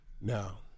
Now